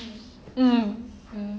mm mm